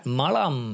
malam